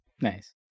nice